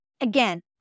Again